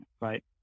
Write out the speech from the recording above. right